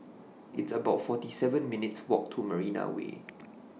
It's about forty seven minutes' Walk to Marina Way